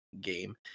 game